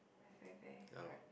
very very hard